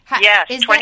Yes